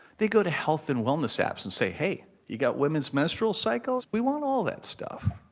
they go to health and wellness apps and say, hey, you got women's menstrual cycles? we want all that stuff.